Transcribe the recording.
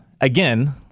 again